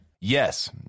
Yes